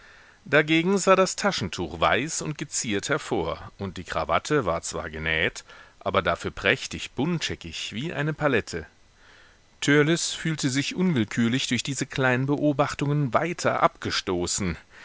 dagegen sah das taschentuch weiß und geziert hervor und die krawatte war zwar genäht aber dafür prächtig buntscheckig wie eine palette törleß fühlte sich unwillkürlich durch diese kleinen beobachtungen weiter abgestoßen